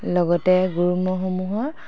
লগতে গৰু ম'হসমূহৰ